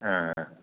ஆ ஆ